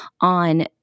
on